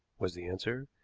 was the answer.